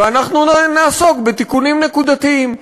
ואנחנו נעסוק בתיקונים נקודתיים.